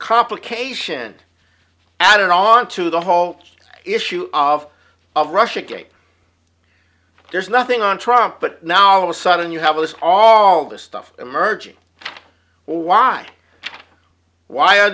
complication added on to the whole issue of of russia gate there's nothing on trump but now all of a sudden you have this all this stuff emerging why why are